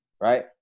right